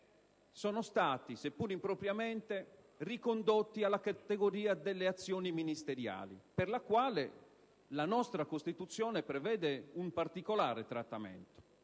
siano stati, seppur impropriamente, ricondotti alla categoria delle azioni ministeriali, per la quale la nostra Costituzione prevede un particolare trattamento,